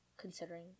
considering